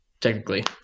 Technically